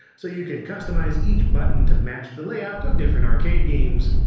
so you can customize each button to match the layout of different arcade games.